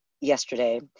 yesterday